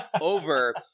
over